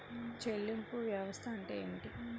చెల్లింపు వ్యవస్థ అంటే ఏమిటి?